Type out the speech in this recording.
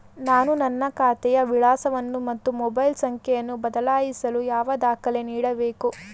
ನಾನು ನನ್ನ ಖಾತೆಯ ವಿಳಾಸವನ್ನು ಮತ್ತು ಮೊಬೈಲ್ ಸಂಖ್ಯೆಯನ್ನು ಬದಲಾಯಿಸಲು ಯಾವ ದಾಖಲೆ ನೀಡಬೇಕು?